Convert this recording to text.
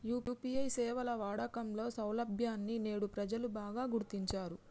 UPI సేవల వాడకంలో సౌలభ్యాన్ని నేడు ప్రజలు బాగా గుర్తించారు